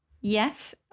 Yes